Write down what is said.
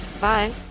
bye